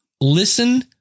Listen